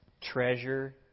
treasure